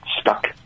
stuck